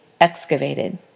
excavated